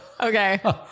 okay